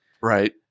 Right